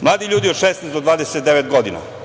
Mladi ljudi od 16 do 29 godina